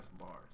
bars